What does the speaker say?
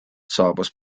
saabus